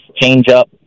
change-up